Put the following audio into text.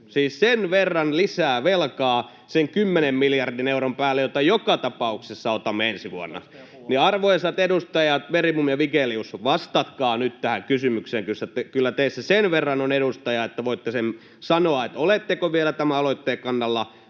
siis sen verran lisää velkaa sen 10 miljardin euron päälle, jonka joka tapauksessa otamme ensi vuonna? Arvoisat edustajat Bergbom ja Vigelius, vastatkaa nyt tähän kysymykseen. Kyllä teissä sen verran on edustajaa, että voitte sen sanoa, oletteko vielä tämän aloitteen kannalla